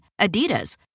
Adidas